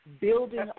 building